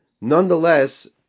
Nonetheless